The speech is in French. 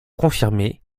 confirmé